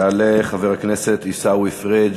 יעלה חבר הכנסת עיסאווי פריג',